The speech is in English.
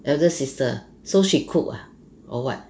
elder sister ah so she cook ah or what